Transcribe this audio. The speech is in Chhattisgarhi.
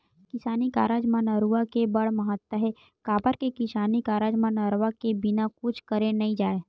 किसानी कारज म नरूवा के बड़ महत्ता हे, काबर के किसानी कारज म नरवा के बिना कुछ करे नइ जाय